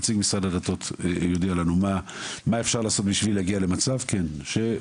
נציג משרד הדתות יודיע לנו מה אפשר לעשות בשביל להגיע למצב שכל